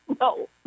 No